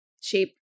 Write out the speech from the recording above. shape